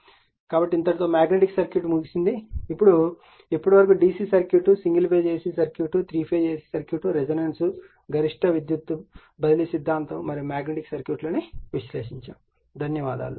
కాబట్టి ఇంతటితో magnetic circuit ముగిసింది ఇప్పుడు నా ప్రశ్న ఏమిటంటే ఇప్పటివరకు DC circuit single phase AC circuit 3 phase AC circuit resonance గరిష్ట విద్యుత్ బదిలీ సిద్ధాంతం మరియు మాగ్నెటిక్ సర్క్యూట్ లను విశ్లేషించాము